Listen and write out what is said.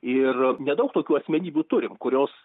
ir nedaug tokių asmenybių turim kurios